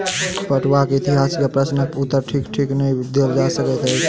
पटुआक इतिहास के प्रश्नक उत्तर ठीक ठीक नै देल जा सकैत अछि